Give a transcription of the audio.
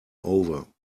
over